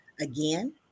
again